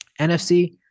NFC